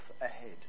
ahead